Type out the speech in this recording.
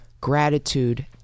gratitude